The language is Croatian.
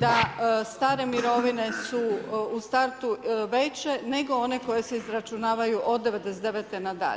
da stare mirovine su u startu veće nego one koje se izračunavaju od '99. nadalje.